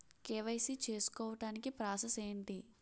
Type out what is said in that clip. KYC చేసుకోవటానికి process ఏంటి?